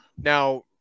Now